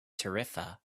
tarifa